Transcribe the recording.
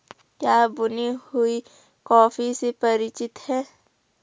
क्या आप भुनी हुई कॉफी से परिचित हैं?